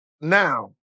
now